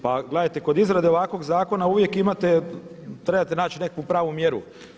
Pa gledajte kod izrade ovakvog zakona uvijek trebate naći neku pravu mjeru.